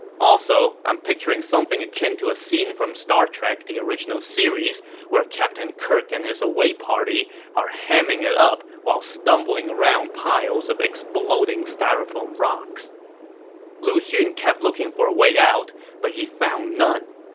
also, i'm picturing something akin to a scene from star trek the original series where captain kirk and his away party are hamming it up while stumbling around piles of exploding styrofoam rocks lu xun kept looking for a way out, but he found none.